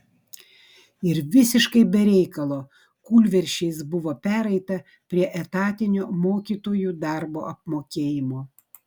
ir visiškai be reikalo kūlversčiais buvo pereita prie etatinio mokytojų darbo apmokėjimo